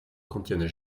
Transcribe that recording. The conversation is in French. contiennent